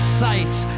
sights